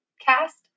cast